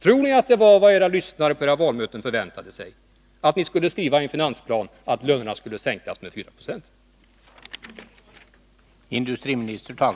Tror ni att det var vad era lyssnare på era valmöten förväntade sig — att ni skulle skriva i en finansplan att lönerna skulle sänkas med 490?